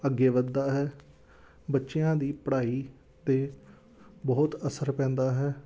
ਅੱਗੇ ਵੱਧਦਾ ਹੈ ਬੱਚਿਆਂ ਦੀ ਪੜ੍ਹਾਈ 'ਤੇ ਬਹੁਤ ਅਸਰ ਪੈਂਦਾ ਹੈ